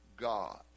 God